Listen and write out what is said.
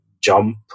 jump